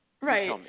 Right